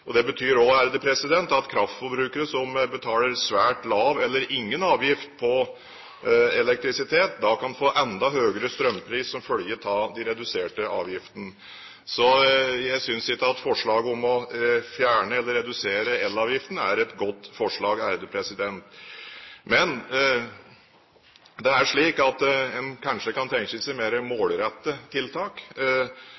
Det betyr at kraftforbrukere som betaler en svært lav eller ingen avgift på elektrisitet, da kan få enda høyere strømpris som følge av de reduserte avgiftene. Så jeg synes ikke forslaget om å fjerne eller redusere elavgiften er et godt forslag. Men en kan kanskje tenke seg mer målrettede tiltak. Eksempelvis vil jeg vise til at